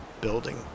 building